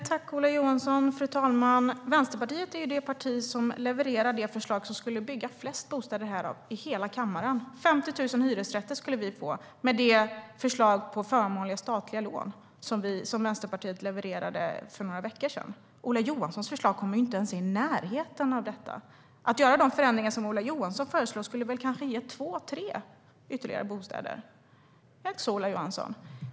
Fru talman! Tack, Ola Johansson! Vänsterpartiet är det parti i hela kammaren som levererar de förslag som skulle ge flest bostäder. 50 000 hyresrätter skulle vi få med det förslag om förmånliga statliga lån som Vänsterpartiet levererade för några veckor sedan. Ola Johanssons förslag kommer inte ens i närheten av detta. Att göra de förändringar som Ola Johansson föreslår skulle väl kanske ge ytterligare två tre bostäder. Är det inte så, Ola Johansson?